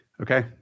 Okay